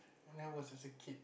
when I was a kid